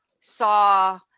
saw